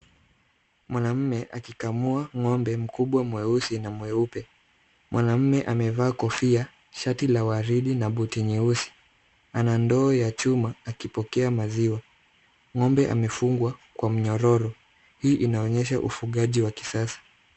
Mwanaume akikamua ng'ombe mkubwa mweusi na mweupe. Mwanaume amevaa kofia ,shati la waridi na buti nyeusi. Ana ndoo ya chuma akipokea maziwa. Ng'ombe amefungwa kwa mnyororo. Hii inaonyesha ufugaji wa kisasa.